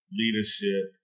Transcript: leadership